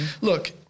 Look